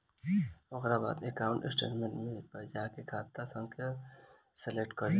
ओकरा बाद account statement पे जा आ खाता संख्या के सलेक्ट करे